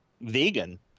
Vegan